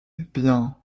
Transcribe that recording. bien